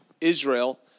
Israel